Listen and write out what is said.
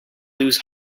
lose